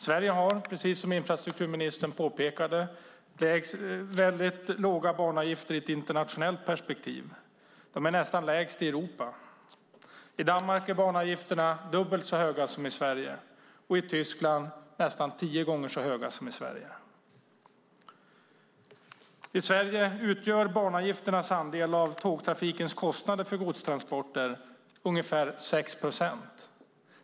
Sverige har, precis som infrastrukturministern påpekade, väldigt låga banavgifter i ett internationellt perspektiv. De är nästan lägst i Europa. I Danmark är banavgifterna dubbelt så höga som i Sverige och i Tyskland nästan tio gånger så höga som i Sverige. I Sverige utgör banavgifternas andel av tågtrafikens kostnader för godstransporter ungefär 6 procent.